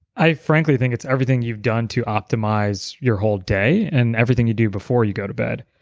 i frankly think it's everything you've done to optimize your whole day and everything you do before you go to bed,